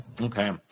Okay